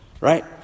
Right